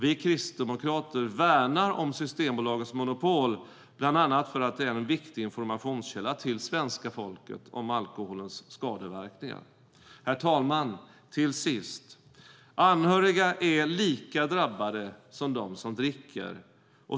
Vi kristdemokrater värnar om Systembolagets monopol bland annat för att det är en viktig informationskälla till svenska folket om alkoholens skadeverkningar. Herr talman! Till sist: Anhöriga är lika drabbade som de som dricker.